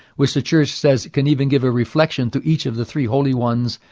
which the church says can even give a reflection to each of the three holy ones,